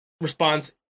response